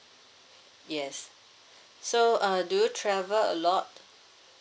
yes so uh do you travel a lot